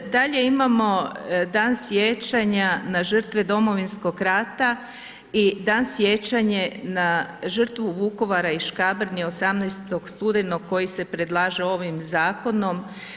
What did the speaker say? Dalje imamo Dan sjećanja na žrtve domovinskog rata i Dan sjećanje na žrtvu Vukovara i Škabrnje 18. studenog koji se predlaže ovim zakonom.